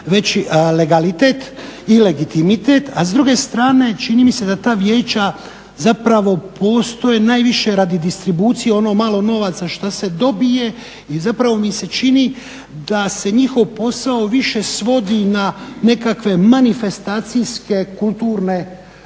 veći legalitet i legitimitet a s druge strane čini mi se da ta vijeća zapravo postoje najviše radi distribucije ono malo novaca šta se dobije i zapravo mi se čini da se njihov posao više svodi na nekakve manifestacijske, kulturne